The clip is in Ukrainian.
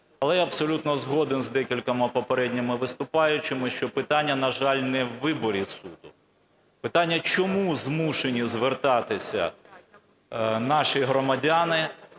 Але я абсолютно згоден з декількома попередніми виступаючими, що питання, на жаль, не у виборі суду. Питання: чому змушені звертатися наші громадяни